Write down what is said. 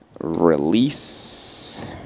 Release